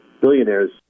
billionaires